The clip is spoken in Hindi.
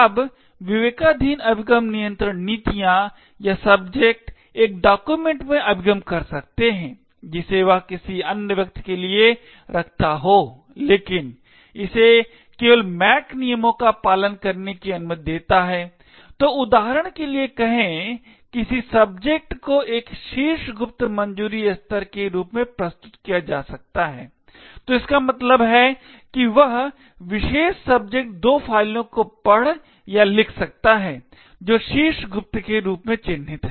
अब विवेकाधीन अभिगम नियंत्रण नीतियां या सब्जेक्ट एक डॉक्यूमेंट में अभिगम कर सकते है जिसे वह किसी अन्य व्यक्ति के लिए रखता हो लेकिन इसे केवल MAC नियमों का पालन करने की अनुमति देता है तो उदाहरण के लिए कहें किसी विशेष सब्जेक्ट को एक शीर्ष गुप्त मंजूरी स्तर के रूप में प्रस्तुत किया जा सकता है तो इसका मतलब है कि वह विशेष सब्जेक्ट दो फाइलों को पढ़ या लिख सकता है जो शीर्ष गुप्त के रूप में चिह्नित हैं